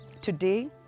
Today